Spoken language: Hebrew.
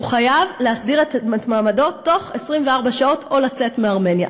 הוא חייב להסדיר את מעמדו בתוך 24 שעות או לצאת מארמניה.